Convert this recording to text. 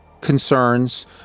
concerns